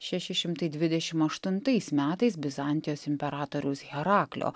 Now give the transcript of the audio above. šeši šimtai dvidešimt aštuntais metais bizantijos imperatoriaus heraklio